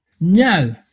No